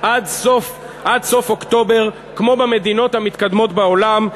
עד סוף אוקטובר, כמו במדינות המתקדמות בעולם.